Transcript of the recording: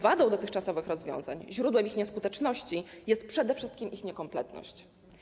Wadą dotychczasowych rozwiązań, źródłem ich nieskuteczności jest przede wszystkim ich niekompletność.